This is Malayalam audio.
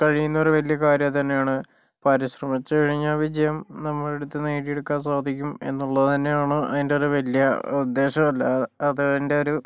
കഴിയുന്ന ഒരു വലിയ കാര്യം അതു തന്നെയാണ് പരിശ്രമിച്ചു കഴിഞ്ഞാൽ വിജയം നമ്മളുടെ അടുത്ത് നേടിയെടുക്കാൻ സാധിക്കും എന്നുള്ളത് തന്നെയാണ് അതിൻ്റെയൊരു വലിയ ഉദ്ദേശം അല്ലാതെ അതിന്റെ ഒരു